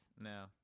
No